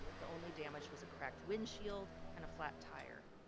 the only damage was a cracked windshield and a flat tire.